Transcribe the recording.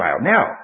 now